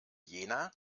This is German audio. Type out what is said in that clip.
jena